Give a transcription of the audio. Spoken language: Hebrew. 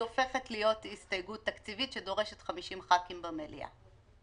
היא הופכת להיות הסתייגות תקציבית שדורשת 50 חברי כנסת במליאה.